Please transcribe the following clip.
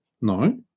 No